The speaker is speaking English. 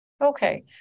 Okay